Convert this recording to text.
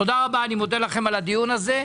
תודה רבה, אני מודה לכם על הדיון הזה.